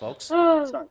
folks